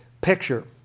picture